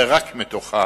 ורק מתוכה,